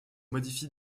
modifie